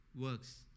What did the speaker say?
works